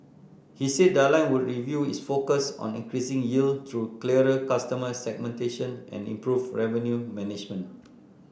he said the airline would renew its focus on increasing yield through clearer customer segmentation and improved revenue management